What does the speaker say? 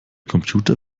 computer